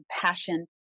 compassion